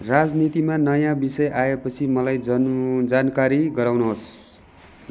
राजनीतिमा नयाँ विषय आएपछि मलाई जन जानकारी गराउनुहोस्